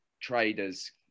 traders